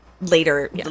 later